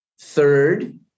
Third